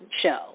show